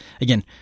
again